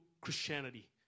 Christianity